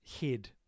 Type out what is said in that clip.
head